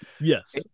Yes